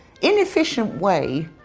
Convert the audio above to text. inefficient way,